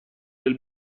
del